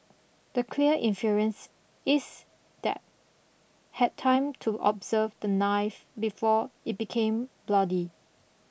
the clear inference is that had time to observe the knife before it became bloody